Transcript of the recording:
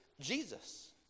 Jesus